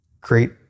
great